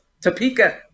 Topeka